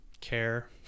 care